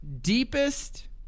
deepest